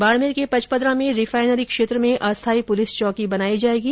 बाडमेर के पचपदरा में रिफाइनरी क्षेत्र में अस्थाई पुलिस चौकी बनाई जाएगी